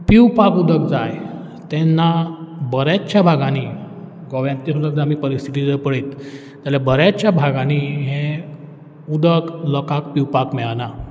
पिवपाक उदक जाय तेन्ना बऱ्याचशा भागांनी गोंयांतलीं जर आमी परिस्थिती जर पळयत जाल्यार बऱ्याचश्या भागांनी हें उदक लोकांक पिवपाक मेळना